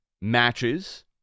matches